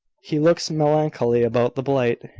he looks melancholy about the blight.